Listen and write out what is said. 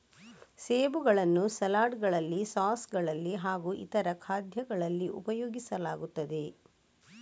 ಸೇಬುಗಳನ್ನು ಸಲಾಡ್ ಗಳಲ್ಲಿ ಸಾಸ್ ಗಳಲ್ಲಿ ಹಾಗೂ ಇತರ ಖಾದ್ಯಗಳಲ್ಲಿ ಉಪಯೋಗಿಸಲಾಗುತ್ತದೆ